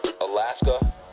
Alaska